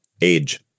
Age